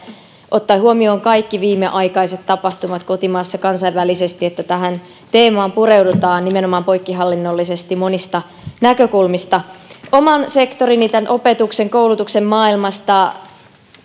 ottaen huomioon kaikki viimeaikaiset tapahtumat kotimaassa ja kansainvälisesti että tähän teemaan pureudutaan nimenomaan poikkihallinnollisesti monista näkökulmista oman sektorini opetuksen ja koulutuksen maailmasta